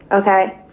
okay.